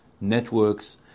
networks